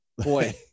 boy